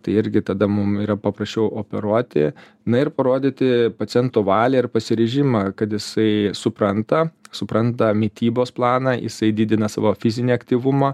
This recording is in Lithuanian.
tai irgi tada mum yra paprasčiau operuoti na ir parodyti paciento valią ir pasiryžimą kad jisai supranta supranta mitybos planą jisai didina savo fizinį aktyvumą